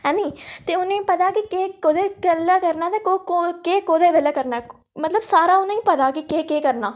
ते उ'नें ई पता कि केह् कुसलै करना ते कुस बेल्लै करना मतलब सारा उ'नें ई पता कि केह् करना